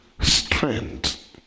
strength